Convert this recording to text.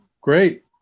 great